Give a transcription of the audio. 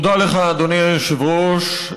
תודה לך, אדוני היושב-ראש.